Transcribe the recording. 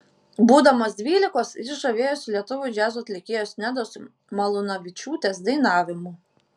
būdamas dvylikos jis žavėjosi lietuvių džiazo atlikėjos nedos malūnavičiūtės dainavimu